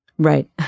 Right